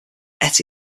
ate